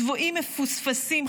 צבועים מפוספסים,